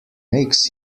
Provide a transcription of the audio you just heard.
makes